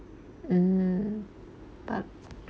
mm but